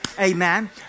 Amen